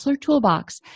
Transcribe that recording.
Toolbox